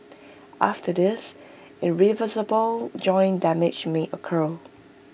after this irreversible joint damage may occur